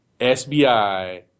SBI